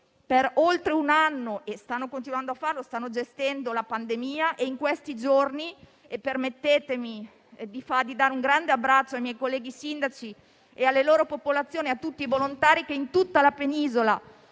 da oltre un anno, gestiscono la pandemia e stanno continuando farlo. In questi giorni, permettetemi di dare un grande abbraccio ai miei colleghi sindaci, alle loro popolazioni e a tutti i volontari che in tutta la penisola,